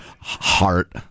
Heart